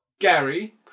Gary